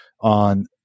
on